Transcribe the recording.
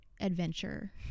adventure